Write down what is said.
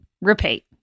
repeat